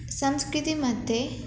संस्कृतिमध्ये